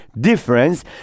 difference